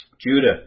Judah